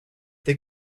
they